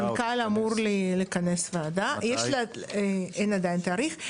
המנכ"ל אמור לכנס ועדה, אין עדיין תאריך.